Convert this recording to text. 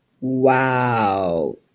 Wow